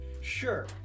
Sure